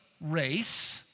race